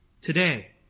today